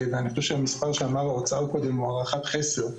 הנתון שאמר האוצר קודם הוא הערכת חסר.